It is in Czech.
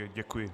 Děkuji.